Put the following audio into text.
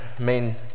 main